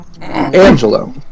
Angelo